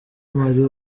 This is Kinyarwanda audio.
marie